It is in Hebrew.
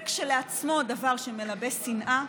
זה כשלעצמו דבר שמלבה שנאה,